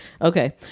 Okay